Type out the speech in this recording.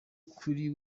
kuri